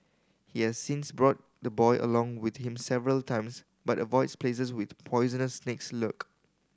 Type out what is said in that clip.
he has since brought the boy along with him several times but avoids places with poisonous snakes lurk